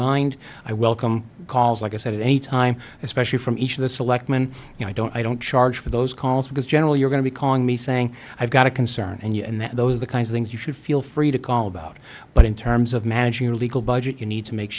mind i welcome calls like i said at any time especially from each of the selectmen and i don't i don't charge for those calls because generally you're going to be calling me saying i've got a concern and that those are the kinds of things you should feel free to call about but in terms of managing a legal budget you need to make